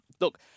Look